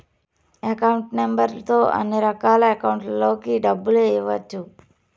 account number తో అన్నిరకాల అకౌంట్లలోకి డబ్బులు ఎయ్యవచ్చు